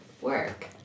work